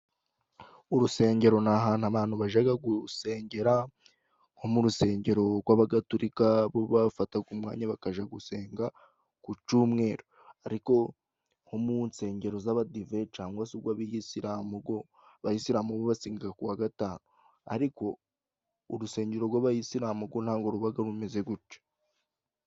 Urusengero ni ahantu abantu bajaga gusengera, nko mu rusengero gw'abagatulirika bo bafataga umwanya bakaja gusenga ku cumweru. Ariko nko mu nsengero z'abadive cangwa se ugw'abayisilamu gwo, abayisilamu basega kuwa gatanu, ariko urusengero gw'abayisilamu gwo ntabwo rubaga rumeze guca.